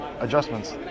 adjustments